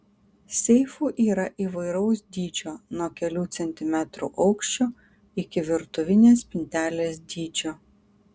seifų yra įvairaus dydžio nuo kelių centimetrų aukščio iki virtuvinės spintelės dydžio